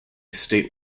state